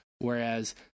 whereas